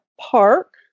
park